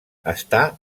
està